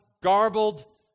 garbled